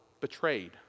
betrayed